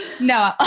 No